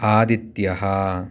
आदित्यः